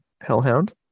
hellhound